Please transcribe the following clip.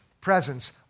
presence